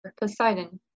Poseidon